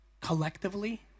collectively